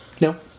No